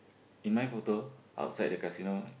in my photo outside the casino